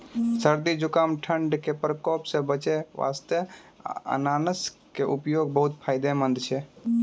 सर्दी, जुकाम, ठंड के प्रकोप सॅ बचै वास्तॅ अनानस के उपयोग बहुत फायदेमंद छै